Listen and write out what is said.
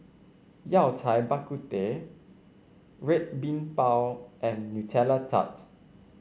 Yao Cai Bak Kut Teh Red Bean Bao and Nutella Tart